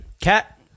Cat